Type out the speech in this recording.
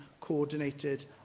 coordinated